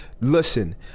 Listen